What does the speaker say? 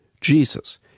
Jesus